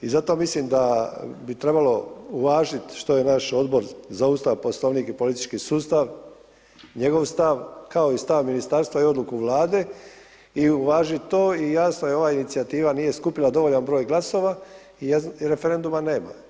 I zato mislim da bi trebalo uvažiti što je naš Odbor za Ustav, Poslovnik i politički sustav, njegov stav kao i stav ministarstva i odluku Vlade i uvažiti to i jasno je ova inicijativa nije skupila dovoljan broj glasova i referenduma nema.